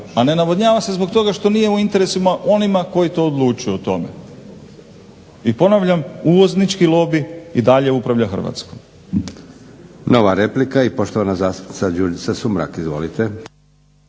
a ne navodnjava se zbog toga što nije u interesima onima koji to odlučuju o tome. I ponavljam, uvoznički lobi i dalje upravlja Hrvatskom. **Leko, Josip (SDP)** Nova replika i poštovana zastupnica Đurđica Sumrak. Izvolite.